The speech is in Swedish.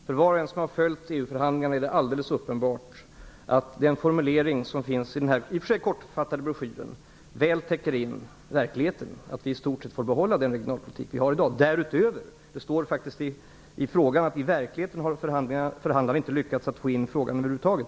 Fru talman! För var och en som följt EU förhandlingarna är det alldeles uppenbart att den formulering som finns i denna i och för sig kortfattade broschyr väl täcker in verkligheten, nämligen att vi i Sverige i stort sett får behålla den regionalpolitik som drivs i dag. I frågan står det: "I verkligheten lyckades inte förhandlarna över huvud taget få in frågan om den svenska regionalpolitiken i avtalet."